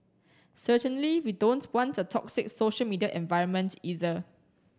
certainly we don't want a toxic social media environment either